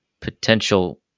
potential